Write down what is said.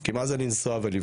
כי מה זה לנסוע ולבכות,